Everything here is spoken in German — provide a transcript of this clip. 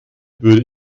würde